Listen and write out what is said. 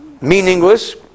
meaningless